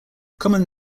common